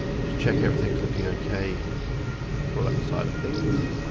just check everything's looking okay on the product side of things.